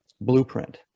blueprint